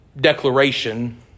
declaration